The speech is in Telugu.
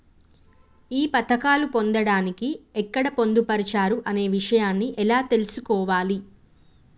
ఈ పథకాలు పొందడానికి ఎక్కడ పొందుపరిచారు అనే విషయాన్ని ఎలా తెలుసుకోవాలి?